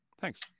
Thanks